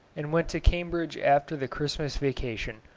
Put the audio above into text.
and went to cambridge after the christmas vacation,